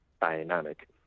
dynamic